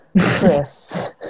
Chris